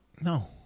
No